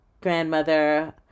grandmother